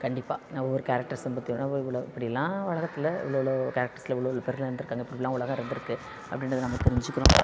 கண்டிப்பாக நான் ஒவ்வொரு கேரெக்டர்ஸும் பற்றி நம்ம இவ்வளோ இப்படிலாம் உலகத்தில் இவ்வளோ இவ்வளோ கேரெக்டர்ஸில் இவ்வளோ இவ்வளோ பேர் எல்லாம் இருந்துருக்காங்க இப்படி இப்படிலாம் உலகம் இருந்துருக்கு அப்படின்றது நமக்கு தெரிஞ்சுக்கிறோம்